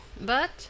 but